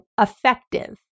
effective